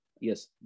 Yes